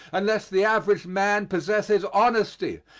unless the average man possesses honesty,